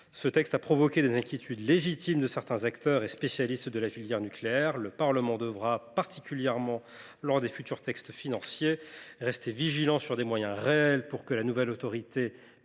Ce texte a provoqué les inquiétudes légitimes de certains acteurs et spécialistes de la filière nucléaire. Le Parlement devra, particulièrement lors de l’examen des textes financiers à venir, rester vigilant sur l’existence de moyens réels pour que la nouvelle autorité